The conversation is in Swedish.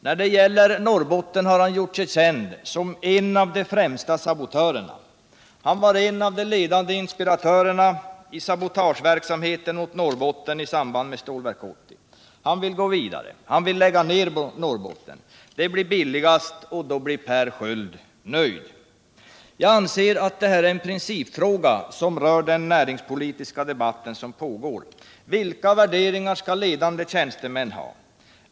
När det gäller Norrbotten har han gjort sig känd som en av de främsta sabotörerna. Han var en av de ledande inspiratörerna i sabotageverksamheten i Norrbotten i samband med Stålverk 80. Han vill gå vidare. Han vill lägga ner Norrbotten. Det blir billigare, och då blir Per Sköld nöjd. Jag anser att detta är en principfråga som rör den näringspolitiska debatt som pågår: Vilka värderingar skall ledande tjänstemän ha?